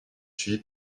suivie